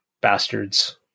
Bastards